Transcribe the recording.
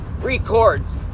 records